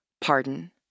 pardon